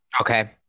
okay